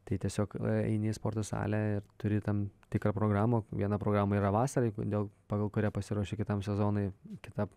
tai tiesiog eini į sporto salę ir turi tam tikrą programą viena programa yra vasarai kodėl pagal kurią pasiruoši kitam sezonui kita